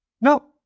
No